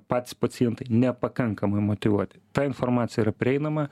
patys pacientai nepakankamai motyvuoti ta informacija yra prieinama